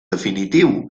definitiu